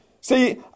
See